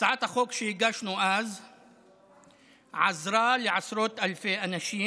הצעת החוק שהגשנו אז עזרה לעשרות אלפי אנשים.